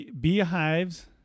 beehives